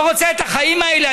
לא רוצה את החיים האלה.